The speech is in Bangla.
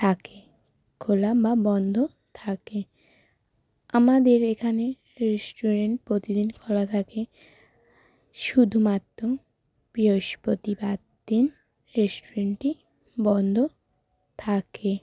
থাকে খোলা বা বন্ধ থাকে আমাদের এখানে রেস্টুরেন্ট প্রতিদিন খোলা থাকে শুধুমাত্র বৃহস্পতিবার দিন রেস্টুরেন্টটি বন্ধ থাকে